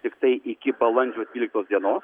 tiktai iki balandžio tryliktos dienos